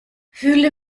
fühle